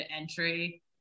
entry